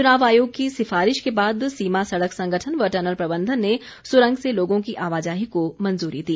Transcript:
चुनाव आयोग की सिफारिश के बाद सीमा सड़क संगठन व टनल प्रबंधन ने सुरंग से लोगों की आवाजाही को मंजूरी दी